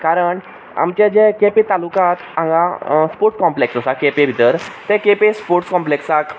कारण आमचे जे केपें तालुकांत हांगा स्पोर्ट्स कॉम्पलेक्स आसा केपें भितर तें केपें स्पोर्ट्स कॉम्पलेक्साक